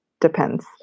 depends